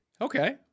Okay